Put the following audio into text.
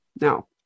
Now